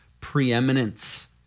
preeminence